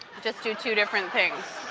just do two different things.